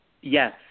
Yes